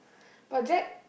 but Jack